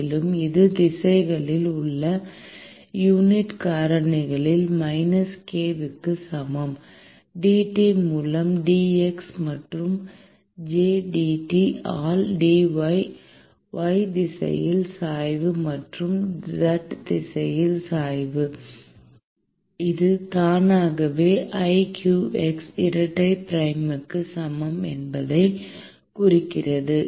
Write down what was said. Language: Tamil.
மேலும் இது ith திசையில் உள்ள யூனிட் காரணியில் மைனஸ் k க்கு சமம் dT மூலம் dx மற்றும் jdT ஆல் dy y திசையில் சாய்வு மற்றும் z திசையில் சாய்வு இது தானாகவே iqx இரட்டை பிரைம்க்கு சமம் என்பதை குறிக்கிறது